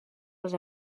als